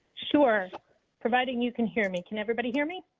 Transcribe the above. sure providing you can hear me. can everybody hear me?